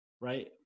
right